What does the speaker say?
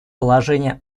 положение